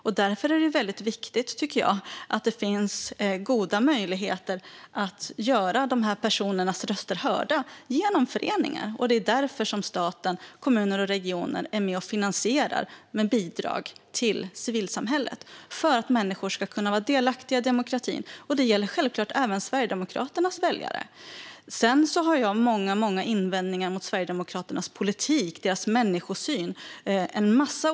Det är viktigt att det finns goda möjligheter att göra de personernas röster hörda genom föreningen. Därför är staten, regionerna och kommunerna med och finansierar genom bidrag till civilsamhället, för att människor ska kunna vara delaktiga i demokratin. Det gäller självklart även Sverigedemokraternas väljare. Jag har många invändningar mot Sverigedemokraternas politik och människosyn med mera.